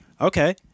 Okay